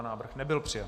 Návrh nebyl přijat.